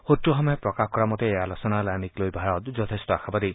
সূত্ৰসমূহে প্ৰকাশ কৰা মতে এই আলোচনালানিক লৈ ভাৰত যথেষ্ট আশাবাদী